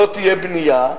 לא תהיה בנייה,